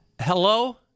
Hello